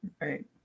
Right